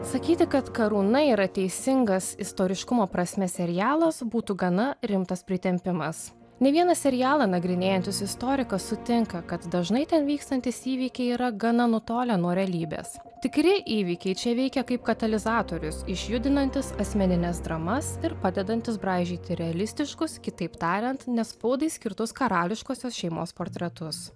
sakyti kad karūna yra teisingas istoriškumo prasme serialas būtų gana rimtas pritempimas ne vieną serialą nagrinėjantis istorikas sutinka kad dažnai ten vykstantys įvykiai yra gana nutolę nuo realybės tikri įvykiai čia veikia kaip katalizatorius išjudinantis asmenines dramas ir padedantys braižyti realistiškus kitaip tariant ne spaudai skirtus karališkosios šeimos portretus